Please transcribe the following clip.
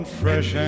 fresh